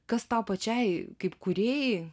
kas tau pačiai kaip kūrėjai